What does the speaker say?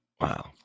Wow